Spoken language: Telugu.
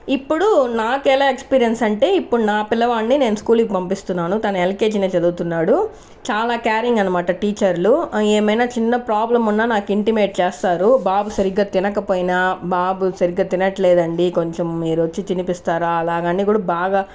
ఇప్పుడు నాకెలా ఎక్స్పీరియన్స్ అంటే ఇప్పుడు నా పిల్లవాడ్ని నేను స్కూల్కి పంపిస్తున్నాను తను ఎల్కేజీనే చదువుతున్నాడు చాలా క్యారీయింగ్ అనమాట టీచర్లు ఏమైనా చిన్న ప్రాబ్లం ఉన్నా నాకు ఇంటిమేట్ చేస్తారు బాబు సరిగ్గా తినకపోయినా బాబు సరిగ్గా తినట్లేదండి కొంచెం మీరు వచ్చి తినిపిస్తారా అలాగని కూడా బాగా